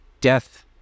death